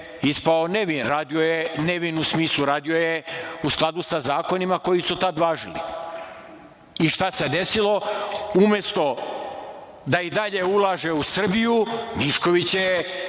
ispao nevin. Nevin u smislu radio je u skladu sa zakonima koji su tada važili.I šta se desilo? Umesto da i dalje ulaže u Srbiju, Mišković je